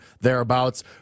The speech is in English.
thereabouts